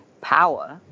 power